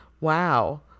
Wow